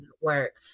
work